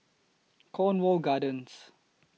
Cornwall Gardens